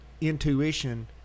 intuition